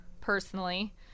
personally